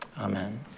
Amen